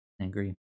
agree